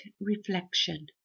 reflection